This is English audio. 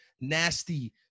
nasty